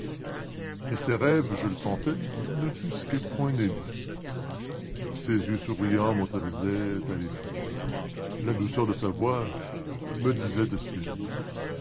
et ces rêves je le sentais n'offusquaient point nelly ses yeux souriants m'autorisaient à les faire la douceur de sa voix me disait d'espérer